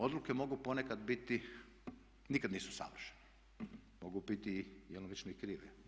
Odluke mogu ponekad biti, nikada nisu savršene, mogu biti djelomično i krive.